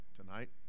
tonight